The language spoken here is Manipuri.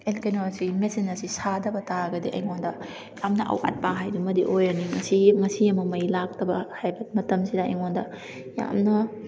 ꯀꯩꯅꯣꯁꯤ ꯃꯦꯆꯤꯟ ꯑꯁꯤ ꯁꯥꯗꯕ ꯇꯥꯔꯒꯗꯤ ꯑꯩꯉꯣꯟꯗ ꯌꯥꯝꯅ ꯑꯋꯥꯠꯄ ꯍꯥꯏꯗꯨꯃꯗꯤ ꯑꯣꯏꯔꯅꯤ ꯉꯁꯤꯒꯤ ꯉꯁꯤ ꯑꯃ ꯃꯩ ꯂꯥꯛꯇꯕ ꯍꯥꯏꯕ ꯃꯇꯝꯁꯤꯗ ꯑꯩꯉꯣꯟꯗ ꯌꯥꯝꯅ